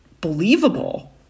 believable